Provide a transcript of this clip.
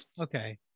okay